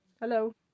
Hello